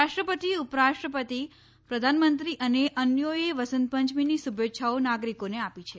રાષ્ટ્રપતિ ઉપરાષ્ટ્રપતિ પ્રધાનમંત્રી અને અન્યોએ વસંતપંચમીની શુભેચ્છાઓ નાગરિકોને આપી છે